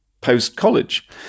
post-college